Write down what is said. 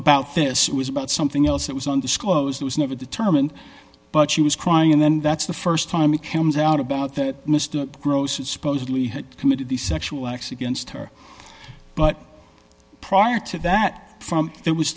about this it was about something else that was undisclosed was never determined but she was crying and then that's the st time it cam's out about that mr gross's supposedly had committed the sexual acts against her but prior to that from there was